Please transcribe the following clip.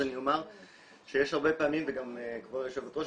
אז אני אומר שיש הרבה פעמים וגם כבוד יושבת הראש,